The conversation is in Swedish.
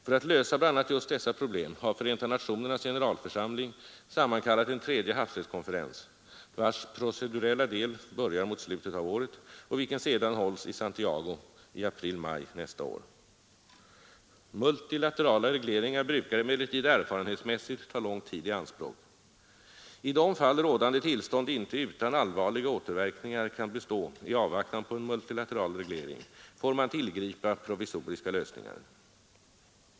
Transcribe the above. För att lösa bl.a. just dessa problem har Förenta nationernas generalförsamling sammankallat en tredje havsrättskonferens, vars procedurella del börjar mot slutet av året och vilken sedan hålls i Santiago i april—maj nästa år. Multilaterala regleringar brukar emellertid erfarenhetsmässigt ta lång tid i anspråk. I de fall rådande tillstånd inte utan allvarliga återverkningar kan bestå i avvaktan på en multilateral reglering, får man tillgripa provisoriska lösningar.